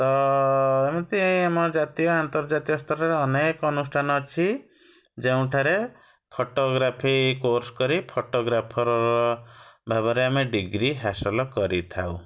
ତ ଏମିତି ଆମ ଜାତୀୟ ଆନ୍ତର୍ଜାତୀୟ ସ୍ତରରେ ଅନେକ ଅନୁଷ୍ଠାନ ଅଛି ଯେଉଁଠାରେ ଫଟୋଗ୍ରାଫି କୋର୍ସ କରି ଫଟୋଗ୍ରାଫର୍ର ଭାବରେ ଆମେ ଡିଗ୍ରୀ ହାସଲ କରିଥାଉ